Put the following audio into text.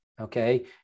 Okay